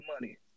money